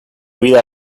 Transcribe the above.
vida